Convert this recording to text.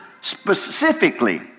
specifically